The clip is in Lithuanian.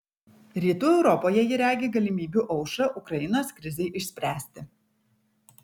rytų europoje ji regi galimybių aušrą ukrainos krizei išspręsti